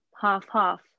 half-half